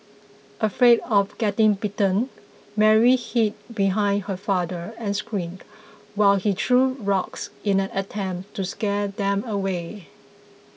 afraid of getting bitten Mary hid behind her father and screamed while he threw rocks in an attempt to scare them away